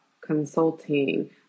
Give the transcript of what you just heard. consulting